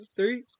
Three